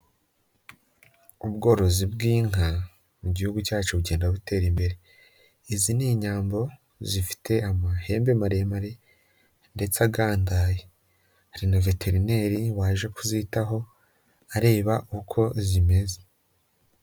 Ubworozi bw'inka mu gihugu cyacu bugenda butera imbere. Izi ni inyambo zifite amahembe maremare ndetse agandaye, hari na veterineri waje kuzitaho areba uko zimeze.